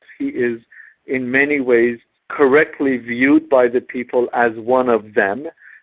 he is in many ways correctly viewed by the people as one of them,